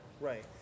Right